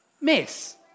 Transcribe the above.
Miss